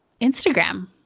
Instagram